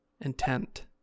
intent